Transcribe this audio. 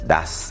Das